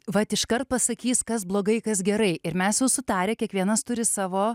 vat iškart pasakys kas blogai kas gerai ir mes jau sutarę kiekvienas turi savo